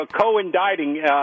co-indicting